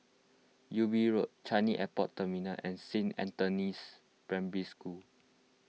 Ubi Road Changi Airport Terminal and Saint Anthony's Primary School